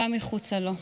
גם מחוצה לו.